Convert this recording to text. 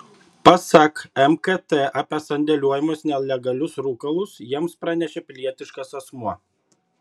pasak mkt apie sandėliuojamus nelegalius rūkalus jiems pranešė pilietiškas asmuo